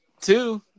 two